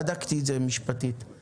בדקתי את זה משפטית.